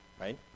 right